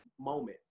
moments